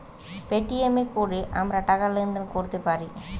Paytm এ কোরে আমরা টাকা লেনদেন কোরতে পারি